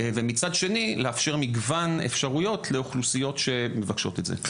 ומצד שני לאפשר מגוון אפשרויות לאוכלוסיות שמבקשות את זה.